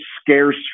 scarce